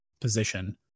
position